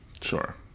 Sure